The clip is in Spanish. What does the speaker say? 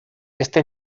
este